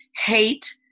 hate